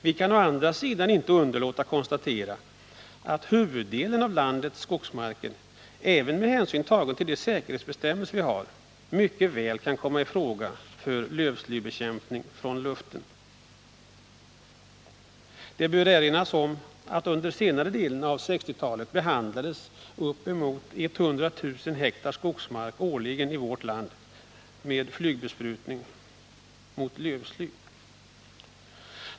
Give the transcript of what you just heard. Vi kan å andra sidan inte underlåta att konstatera att huvuddelen av landets skogsmarker, även med hänsyn tagen till de säkerhetsbestämmelser vi har, mycket väl kan komma i fråga för lövslybekämpning från luften. Det bör erinras om att under senare delen av 1960-talet behandlades uppemot 100 000 hektar skogsmark årligen i vårt land med flygbesprutning mot lövsly.